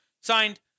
Signed